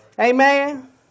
Amen